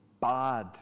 bad